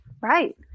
right